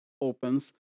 opens